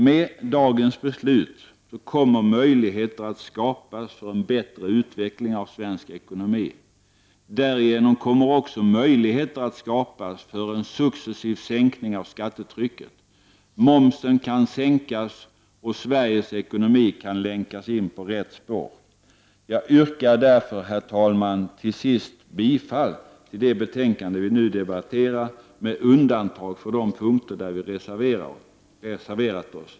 Med dagens beslut kommer möjligheter att skapas för en bättre utveckling av svensk ekonomi. Därigenom kommer också möjligheter att skapas för en successiv sänkning av skattetrycket. Momsen kan sänkas, och Sveriges ekonomi kan länkas in på rätt spår. Jag yrkar därför, herr talman, till sist bifall till hemställan i det betänkande vi nu debatterar med undantag för de punkter där vi reserverat oss.